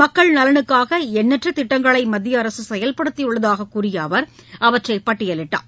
மக்கள் நலனுக்காக எண்ணற்ற திட்டங்களை மத்திய அரசு செயல்படுத்தியுள்ளதாக கூறிய அவர் அவற்றை பட்டியலிட்டார்